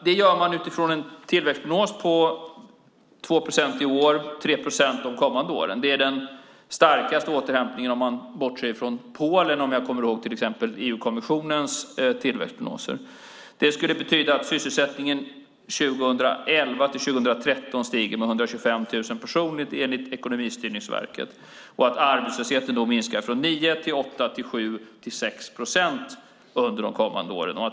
De räknar utifrån en tillväxtprognos på 2 procent i år och 3 procent de kommande åren. Det är den starkaste återhämtningen, om man bortser från Polen - om jag kommer ihåg till exempel EU-kommissionens tillväxtprognoser. Det skulle betyda att sysselsättningen 2011 till 2013 stiger med 125 000 personer enligt Ekonomistyrningsverket och att arbetslösheten minskar från 9 till 8 till 7 till 6 procent under de kommande åren.